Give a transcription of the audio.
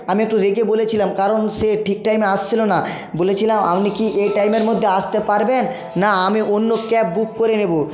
আমি একটু রেগে বলেছিলাম কারণ সে ঠিক টাইমে আসছিল না বলেছিলাম আপনি কি এ টাইমের মধ্যে আসতে পারবেন না আমি অন্য ক্যাব বুক করে নেব